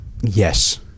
Yes